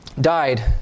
Died